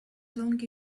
longer